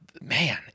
Man